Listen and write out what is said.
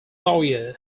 sawyer